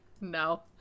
No